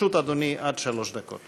לרשות אדוני עד שלוש דקות.